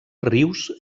rius